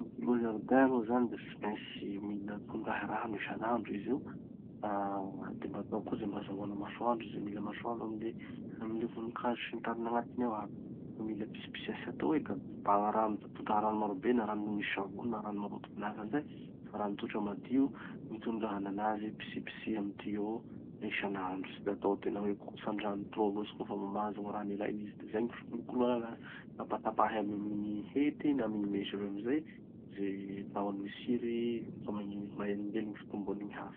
Fikolokoloa jardin aloha zany da tsy maintsy mila tondrahy rano isanandro izy io. Ah de mba atao koa ze mba azahoany masoandro, ze mila masoandro amy le, amy le vonin-kazo sy ny tariny agnatiny ao aby. Mila pitsipitsiha, tsy atao hoe da tobagna rano da tondraha rano maro be na rano misy savony na rano maloto manahaky anizay, fa rano tsotra madio gn'itondrahanan'azy. Pitsipitsihy amy tuyau isanandro. Tsy da atao tena hoe kotsan-drano trop loatsy koa fa mba mahazo gny rano ilainy izy de zay gny fikolokoloana anazy. Tapatapahy aby amy gny hety na amy gny mesa aby amizay ze tahony mitsiry ka magni- magnelingely gny fitomboan'ny gny hafa.